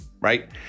right